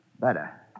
Better